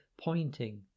pointing